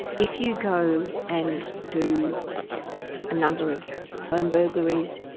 if you go and do a number of home burglaries,